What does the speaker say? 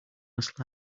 must